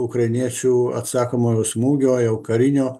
ukrainiečių atsakomojo smūgio jau karinio